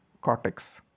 cortex